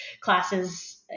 classes